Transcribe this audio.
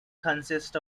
consists